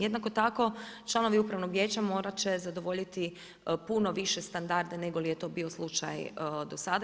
Jednako tako, članovi upravnog vijeća, morati će zadovoljiti puno više standarda, nego li je to bio slučaj sada.